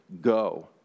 go